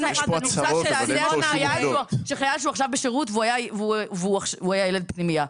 חייל שעכשיו הוא בשרות והוא היה ילד פנימייה.